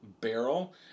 barrel